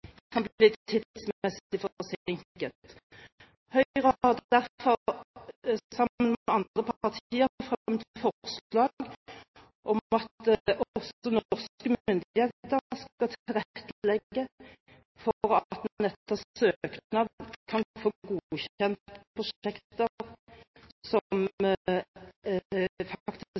kan bli tidsmessig forsinket. Høyre har derfor, sammen med andre partier, fremmet forslag om at norske myndigheter også skal tilrettelegge for at en etter søknad kan få godkjent prosjekter som faktisk